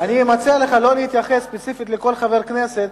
אני מציע לך לא להתייחס ספציפית לכל חבר כנסת,